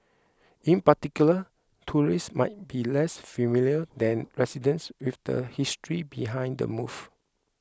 in particular tourists might be less familiar than residents with the history behind the move